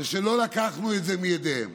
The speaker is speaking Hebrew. ושלא לקחנו את זה מידיהם.